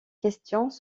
questions